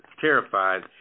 terrified